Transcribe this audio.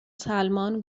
سلمان